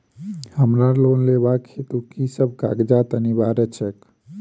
हमरा लोन लेबाक हेतु की सब कागजात अनिवार्य छैक?